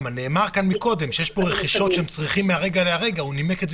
נאמר כאן קודם שיש פה רכישות שהם צריכים מהרגע להרגע.